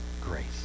grace